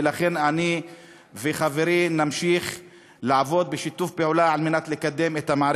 ולכן אני וחברי נמשיך לעבוד בשיתוף פעולה כדי לקדם אותה.